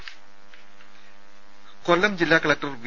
രുദ കൊല്ലം ജില്ലാ collector V